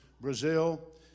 Brazil